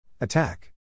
Attack